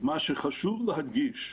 מה שחשוב להדגיש,